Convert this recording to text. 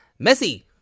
Messi